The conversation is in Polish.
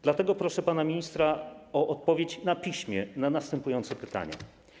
Dlatego proszę pana ministra o odpowiedź na piśmie na następujące pytania.